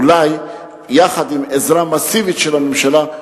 אולי יחד עם עזרה מסיבית של הממשלה,